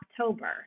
October